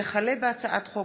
הצעת חוק